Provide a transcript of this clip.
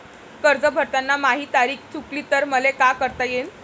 कर्ज भरताना माही तारीख चुकली तर मले का करता येईन?